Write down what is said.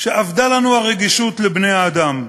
שאבדה לנו הרגישות לבני-האדם.